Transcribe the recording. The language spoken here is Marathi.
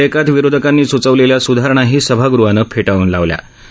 या विधेयकात विरोधकांनी सुचवलेल्या सुधारणाही सभागृहानं फेटाळून लावल्या